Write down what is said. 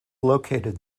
located